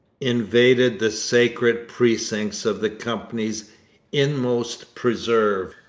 invaded the sacred precincts of the company's inmost preserve.